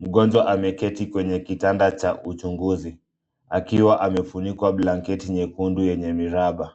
Mgonjwa ameketi kwenye kitanda cha uchunguzi, akiwa amefunikwa blanketi nyekundu yenye miraba.